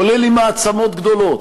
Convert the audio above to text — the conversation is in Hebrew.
כולל עם מעצמות גדולות.